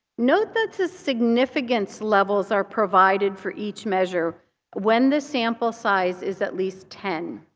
note that the significance levels are provided for each measure when the sample size is at least ten.